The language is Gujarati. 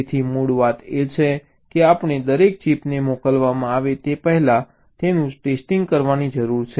તેથી મૂળ વાત એ છે કે આપણે દરેક ચિપને મોકલવામાં આવે તે પહેલાં તેનું ટેસ્ટિંગ કરવાની જરૂર છે